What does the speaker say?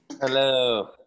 Hello